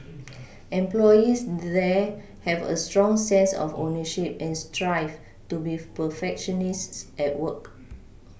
employees there have a strong sense of ownership and strive to be perfectionists at work